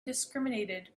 discriminated